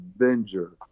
avenger